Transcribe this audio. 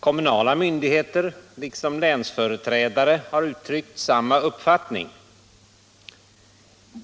Kommunala myndigheter och länsföreträdare har uttryckt samma uppfattning.